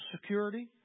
security